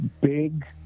big